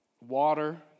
water